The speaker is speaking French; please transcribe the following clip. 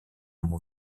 mon